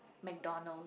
McDonald